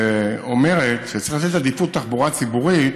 שאומרת שצריך לתת עדיפות לתחבורה ציבורית